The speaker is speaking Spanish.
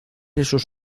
esos